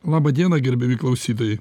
laba diena gerbiami klausytojai